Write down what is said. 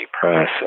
Press